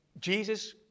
Jesus